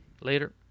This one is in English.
Later